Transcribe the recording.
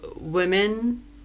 women